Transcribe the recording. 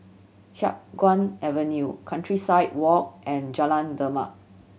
Chiap Guan Avenue Countryside Walk and Jalan Demak